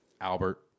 Albert